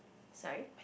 sorry